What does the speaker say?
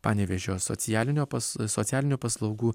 panevėžio socialinio pas socialinių paslaugų